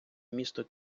місто